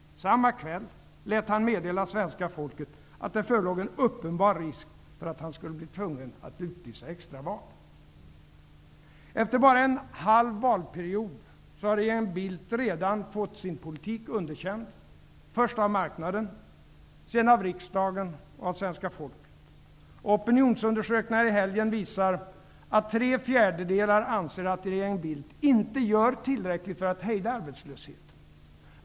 Samma kväll lät han meddela svenska folket att det förelåg en uppenbar risk för att han skulle bli tvungen att utlysa extra val. Efter bara en halv valperiod har regeringen Bildt redan fått sin politik underkänd, först av marknaden, sedan av riksdagen och av svenska folket. Opinionsundersökningar i helgen visar att tre fjärdedelar anser att regeringen Bildt inte gör tillräckligt för att hejda arbetslösheten.